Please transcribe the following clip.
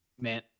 man